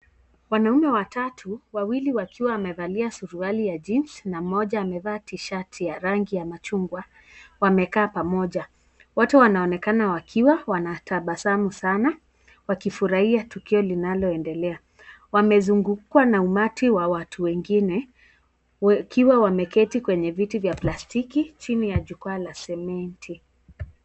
Wanaume watatu, wawili wakiwa wamevalia suruali ya jeans na moja amevaa tishati ya rangi ya machungwa wamekaa pamoja wote wanaonekana wakiwa wanatabasamu sana wakifurahia tukio linaloendelea wamezungukwa na umati wa watu wengine wakiwa wameketi kwenye viti vya plastiki chini ya jukwaa la simiti.